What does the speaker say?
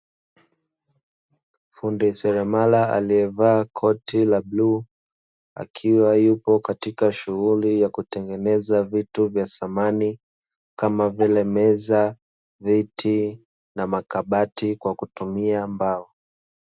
Fundi seremala aliyevaa koti la bluu, akiwa yupo katika shughuli ya kutengeneza vitu vya samani kama vile: meza, viti na makabati; kwa kutumia mbao.